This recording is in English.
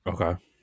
Okay